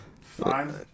Fine